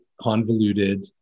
convoluted